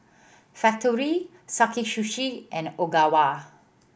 Factorie Sakae Sushi and Ogawa